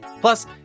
Plus